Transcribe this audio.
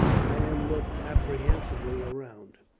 the men looked apprehensively round.